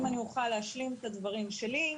אם אני אוכל, להשלים את הדברים שלי.